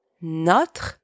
Notre